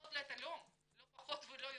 לשנות לה את הלאום, לא פחות ולא יותר.